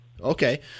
okay